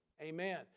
Amen